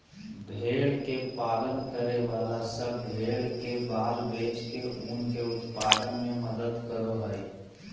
भेड़ के पालन करे वाला सब भेड़ के बाल बेच के ऊन के उत्पादन में मदद करो हई